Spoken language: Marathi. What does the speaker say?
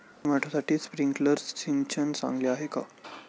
टोमॅटोसाठी स्प्रिंकलर सिंचन चांगले आहे का?